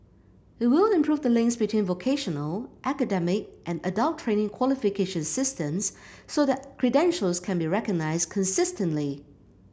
it will improve the links between vocational academic and adult training qualification systems so that credentials can be recognised consistently